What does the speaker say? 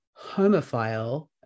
homophile